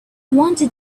wanted